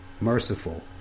merciful